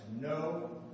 no